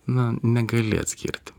na negali atskirti